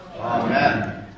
Amen